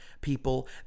people